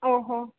ओ हो